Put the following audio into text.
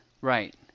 right